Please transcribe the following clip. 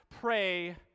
pray